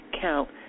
count